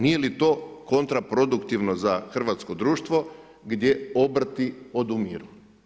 Nije li to kontra produktivno za hrvatsko društvo gdje obrti odumiru.